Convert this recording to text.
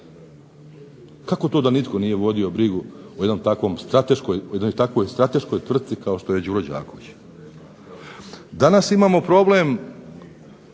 Kako to da nitko nije vodio brigu o jednoj takvoj strateškoj tvrtci kao što je Đuro Đaković? Danas imamo problem,